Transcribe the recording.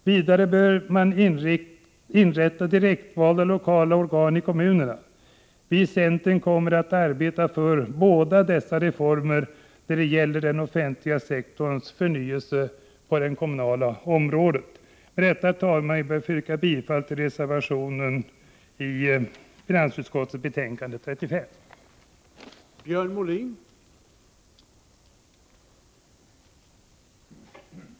Vidare bör man inrätta direktvalda lokala organ i kommunerna. Vi i centern kommer att arbeta för båda dessa reformer när det gäller den offentliga sektorns förnyelse på det kommunala området. Med detta, herr talman, ber jag att få yrka bifall till reservationen i finansutskottets betänkande 1984/85:35.